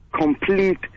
complete